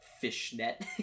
fishnet